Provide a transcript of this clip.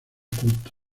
culto